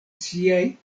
siaj